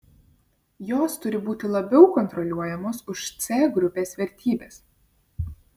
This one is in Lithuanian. jos turi būti labiau kontroliuojamos už c grupės vertybes